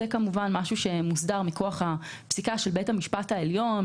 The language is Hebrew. זה משהו שמוסדר מכוח הפסיקה של בית המשפט העליון,